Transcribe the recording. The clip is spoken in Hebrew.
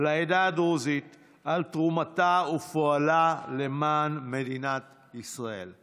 לעדה הדרוזית על תרומתה ופועלה למען מדינת ישראל.